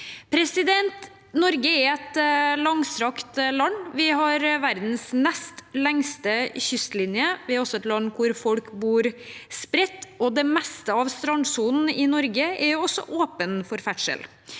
standpunkt. Norge er et langstrakt land. Vi har verdens nest lengste kystlinje. Vi er også et land hvor folk bor spredt. Det meste av strandsonen i Norge er åpen for ferdsel.